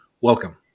Welcome